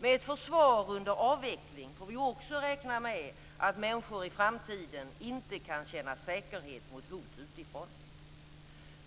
Med ett försvar under avveckling får vi också räkna med att människor i framtiden inte kan känna säkerhet mot hot utifrån.